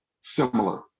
similar